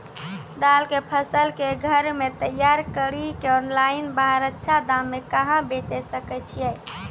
दाल के फसल के घर मे तैयार कड़ी के ऑनलाइन बाहर अच्छा दाम मे कहाँ बेचे सकय छियै?